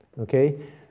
Okay